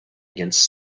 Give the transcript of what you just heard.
against